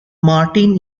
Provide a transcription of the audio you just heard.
martin